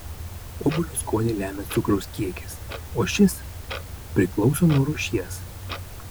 obuolio skonį lemia cukraus kiekis o šis priklauso nuo rūšies